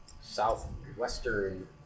southwestern